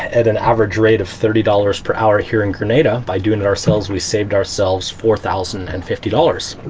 at an average rate of thirty dollars per hour here in grenada, by doing it ourselves we saved ourselves four thousand and fifty dollars,